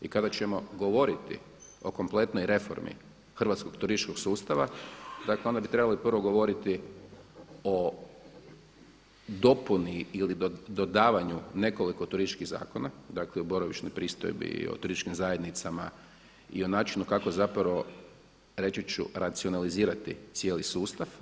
I kada ćemo govoriti o kompletnoj reformi hrvatskog turističkog sustava, dakle onda bi trebali prvo govoriti o dopuni ili dodavanju nekoliko turističkih zakona, dakle o boravišnoj pristojbi, o turističkim zajednicama i o načinu kako zapravo reći ću racionalizirati cijeli sustav.